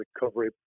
recovery